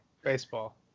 Baseball